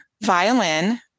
violin